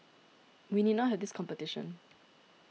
we need not have this competition